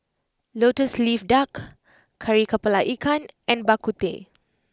Lotus Leaf Duck Kari Kepala Ikan and Bak Kut Teh